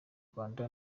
rwanda